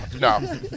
no